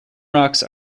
rocks